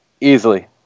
Easily